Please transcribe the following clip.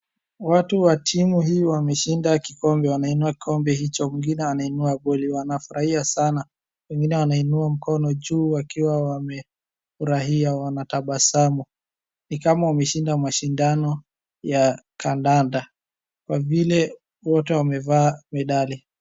Watu wa timu hii wameshinda kikombe. Wanainua kikombe hicho, mwingine ameinua voli. Wanafurahia sana. Wengine wanainua mkono juu wakiwa wamefurahia, wanatabasamu. Ni kama wameshinda mashindano ya kadanda, kwa vile wote wamevaa medali.